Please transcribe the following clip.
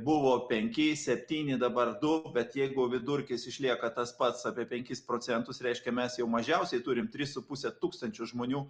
buvo penki septyni dabar du bet jeigu vidurkis išlieka tas pats apie penkis procentus reiškia mes jau mažiausiai turim tris su puse tūkstančio žmonių